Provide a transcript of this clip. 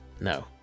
no